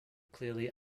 clearly